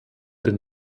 den